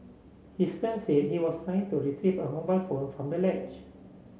his friend said he was trying to retrieve a mobile phone from the ledge